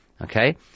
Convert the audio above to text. Okay